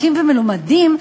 טוב, רבותי,